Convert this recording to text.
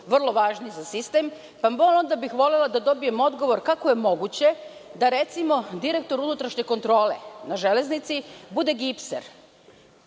vrlo važni za sistem, pa bih volela da dobije odgovor kako je moguće da recimo direktor unutrašnje kontrole na železnici bude gipser